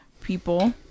people